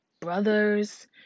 brothers